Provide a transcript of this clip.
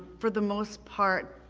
for the most part,